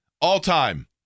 all-time